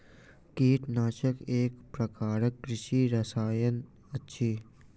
कीटनाशक एक प्रकारक कृषि रसायन अछि